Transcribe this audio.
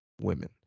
women